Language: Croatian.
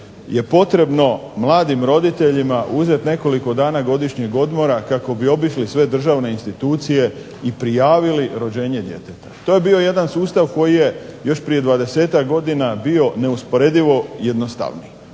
je potrebno mladim roditeljima uzeti nekoliko dana godišnjeg odmora kako bi obišli sve državne institucije i prijavili rođenje djeteta. To je bio jedan sustav koji je još prije 20-ak godina bio neusporedivo jednostavniji.